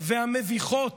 והמביכות